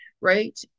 right